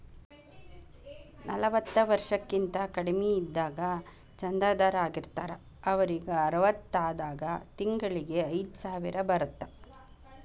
ನಲವತ್ತ ವರ್ಷಕ್ಕಿಂತ ಕಡಿಮಿ ಇದ್ದಾಗ ಚಂದಾದಾರ್ ಆಗಿರ್ತಾರ ಅವರಿಗ್ ಅರವತ್ತಾದಾಗ ತಿಂಗಳಿಗಿ ಐದ್ಸಾವಿರ ಬರತ್ತಾ